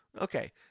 Okay